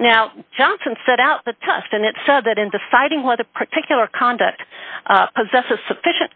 now johnson set out to toughen it so that in deciding whether a particular conduct possesses sufficient